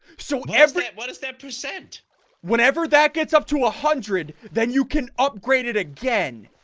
so every what does that percent whenever that gets up to a hundred then you can upgrade it again?